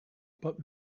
but